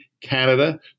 Canada